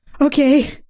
Okay